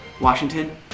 Washington